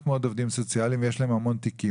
מאוד עובדים סוציאליים ויש להם המון תיקים.